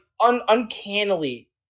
uncannily